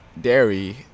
dairy